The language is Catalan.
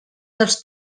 dels